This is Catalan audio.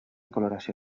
coloració